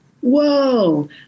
Whoa